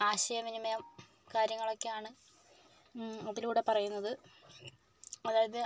ആശയവിനിമയം കാര്യങ്ങളൊക്കെ ആണ് അതിലൂടെ പറയുന്നത് അതായത്